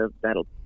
that'll